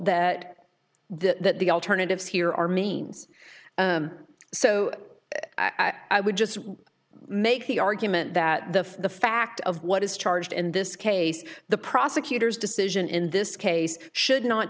reveal that the alternatives here are means so i would just make the argument that the the fact of what is charged in this case the prosecutor's decision in this case should not